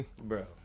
Bro